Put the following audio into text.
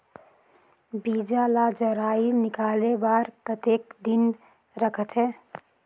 बीजा ला जराई निकाले बार कतेक दिन रखथे?